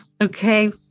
okay